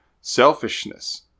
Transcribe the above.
selfishness